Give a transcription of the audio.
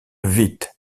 vite